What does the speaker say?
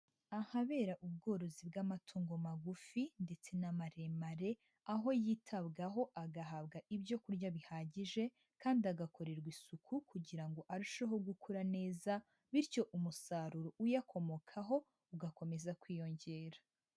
Ahabera ubworozi bw'amatungo magufi ndetse n'amaremare, aho yitabwaho agahabwa ibyo kurya bihagije kandi agakorerwa isuku kugira ngo arusheho gukura neza, bityo umusaruro uyakomokaho ugakomeza kwiyongera.